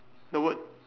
the word